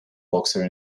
boxer